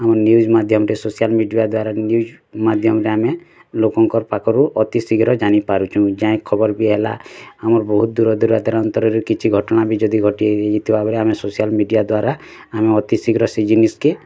ଆମ ନିୟୁଜ୍ ମାଧ୍ୟମରେ social media ଦ୍ଵାରା ନିୟୁଜ୍ ମାଧ୍ୟମରେ ଆମେ ଲୋକଙ୍କର୍ ପାଖରୁ ଅତି ଶୀଘ୍ର ଜାନି ପାରୁଛୁ ଯାଇ ଖବର୍ ବି ହେଲା ଆମର୍ ବହୁତ ଦୂର ଦୂରା ଅନ୍ତରୁ କିଛି ଘଟଣା ବି ଯଦି ଘଟି ଯାଇଥିବା ବେଳେ ଆମେ ସୋସିଆଲ୍ ମିଡ଼ିଆ ଦ୍ଵାରା ଆମେ ଅତି ଶୀଘ୍ର ସେ ଜିନିଷ୍ କେ